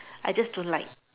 I just don't like